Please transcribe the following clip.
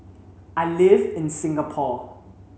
I live in Singapore